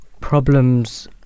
problems